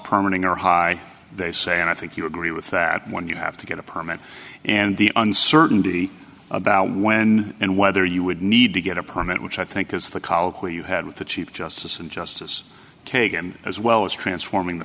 permanent are high they say and i think you agree with that when you have to get a permit and the uncertainty about when and whether you would need to get a permit which i think is the colloquy you had with the chief justice and justice kagan as well as transforming the